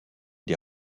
des